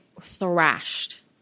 thrashed